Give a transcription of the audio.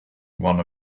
one